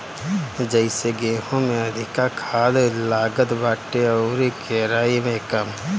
जइसे गेंहू में अधिका खाद लागत बाटे अउरी केराई में कम